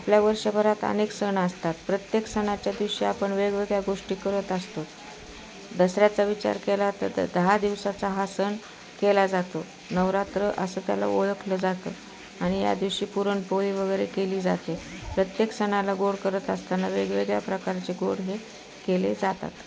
आपल्या वर्षभरात अनेक सण असतात प्रत्येक सणाच्या दिवशी आपण वेगवेगळ्या गोष्टी करत असतोच दसऱ्याचा विचार केला तर द दहा दिवसाचा हा सण केला जातो नवरात्र असं त्याला ओळखलं जातं आणि या दिवशी पुरण पोळी वगैरे केली जाते प्रत्येक सणाला गोड करत असताना वेगवेगळ्या प्रकारचे गोड हे केले जातात